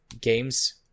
Games